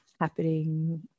happening